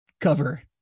cover